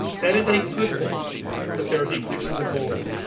that is a good thing that their decreases in bullying.